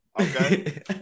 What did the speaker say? okay